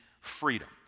freedom